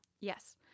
Yes